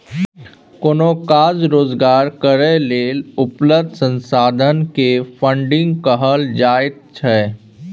कोनो काज रोजगार करै लेल उपलब्ध संसाधन के फन्डिंग कहल जाइत छइ